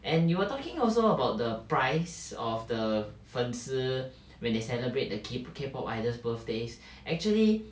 and you were talking also about the price of the 粉丝 when they celebrate the K K pop idols birthdays actually